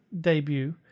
debut